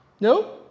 No